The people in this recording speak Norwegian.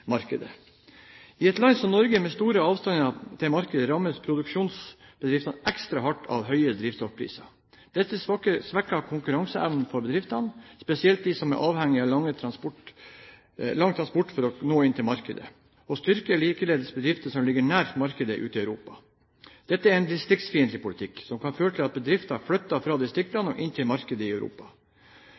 markedet. I et land som Norge med store avstander til markedene rammes produksjonsbedriftene ekstra hardt av høye drivstoffpriser. Dette svekker konkurranseevnen for bedriftene, spesielt de som er avhengige av lange transporter for å nå inn til markedet, og styrker likeledes bedrifter som ligger nært markedet ute i Europa. Dette er en distriktsfiendtlig politikk som kan føre til at bedrifter flytter fra distriktene og inn til markedene i Europa.